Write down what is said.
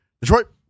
Detroit